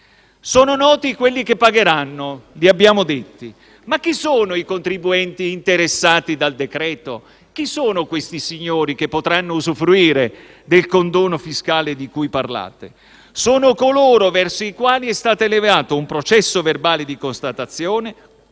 Sono noti quelli che pagheranno, li abbiamo elencati. Ma chi sono i contribuenti interessati dal decreto-legge? Chi sono questi signori che potranno usufruire del condono fiscale di cui parlate? Sono coloro verso i quali è stato elevato un verbale di constatazione